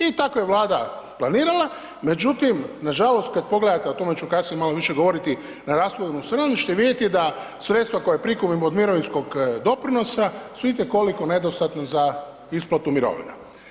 I tako je Vlada planirala, međutim, nažalost, kad pogledate, o tome ću kasnije malo više govoriti na rashodovnoj strani ćete vidjeti da sredstva koja prikupimo od mirovinskog doprinosa su itekoliko nedostatne za isplatu mirovina.